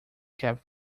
kept